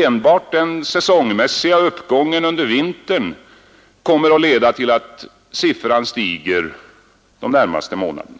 Enbart den säsongmässiga uppgången under vintern kommer > att leda till att siffran stiger de närmaste månaderna.